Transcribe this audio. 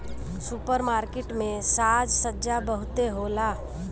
super market में साज सज्जा बहुते होला